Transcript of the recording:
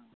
हाँ